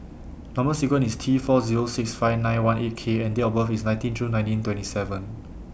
Number sequence IS T four Zero six five nine one eight K and Date of birth IS nineteen June nineteen twenty seven